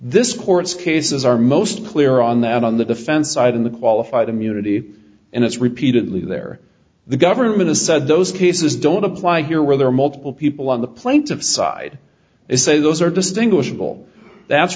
this court's cases are most clear on that on the defense side and the qualified immunity and it's repeatedly there the government has said those cases don't apply here where there are multiple people on the plaintiff side is say those are distinguishable that's